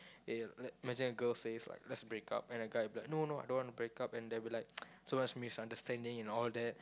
i~ imagine a girl says like let's break up and the guy will be like no no I don't want to break up and there'll be like so much misunderstanding and all that